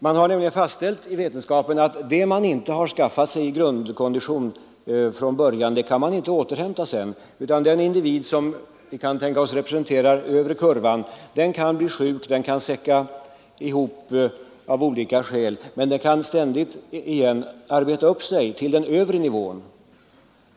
Man har nämligen vetenskapligt fastställt att det man inte skaffat sig i grundkondition från början det kan man inte återhämta senare. Den individ som representeras av den övre kurvan på diagrammet kan bli sjuk, kan säcka ihop av olika skäl, men kan arbeta sig upp igen till den övre nivån.